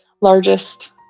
largest